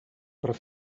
però